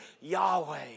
Yahweh